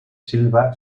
silva